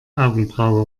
augenbraue